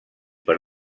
per